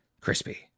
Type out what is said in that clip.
Crispy